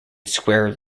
square